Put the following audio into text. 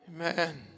Amen